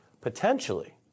potentially